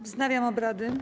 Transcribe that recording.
Wznawiam obrady.